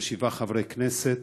של שבעה חברי כנסת.